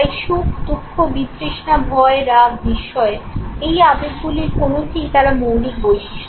তাই সুখ দুঃখ বিতৃষ্ণা ভয় রাগ বিস্ময় এই আবেগগুলির কোনটিই তারা মৌলিক বৈশিষ্ট্য নয়